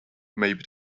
maybe